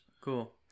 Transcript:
Cool